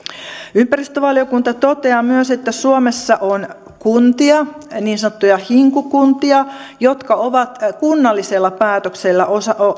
ympäristövaliokunta toteaa myös että suomessa on kuntia niin sanottuja hinku kuntia jotka ovat kunnallisella päätöksellä